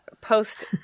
post